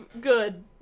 good